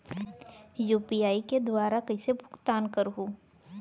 UPI के दुवारा कइसे भुगतान करहों?